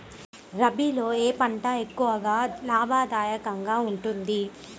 రబీలో ఏ పంట ఎక్కువ లాభదాయకంగా ఉంటుంది?